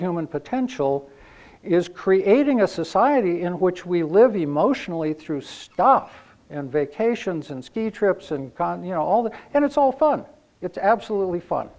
human potential is creating a society in which we live emotionally through stuff and vacations and ski trips and con you know all that and it's all fun it's absolutely fun